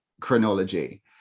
chronology